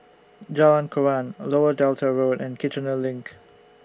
Jalan Koran Lower Delta Road and Kiichener LINK